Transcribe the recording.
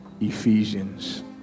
Ephesians